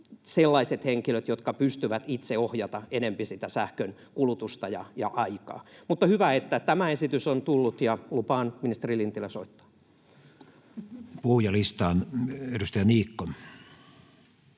sellaiset henkilöt, jotka pystyvät itse ohjaamaan enempi sitä sähkönkulutusta ja aikaa. Mutta hyvä, että tämä esitys on tullut, ja lupaan, ministeri Lintilä, soittaa. Puhujalistaan. — Edustaja Niikko